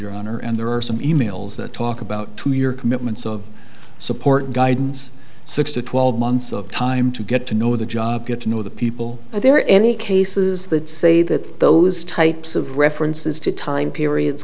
your honor and there are some emails that talk about to your commitments of support guidance six to twelve months of time to get to know the job get to know the people are there any cases that say that those types of references to time periods